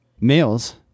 males